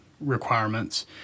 requirements